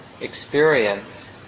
experience